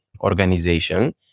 organization